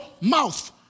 mouth